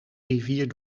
rivier